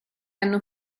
hanno